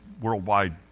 worldwide